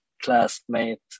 classmate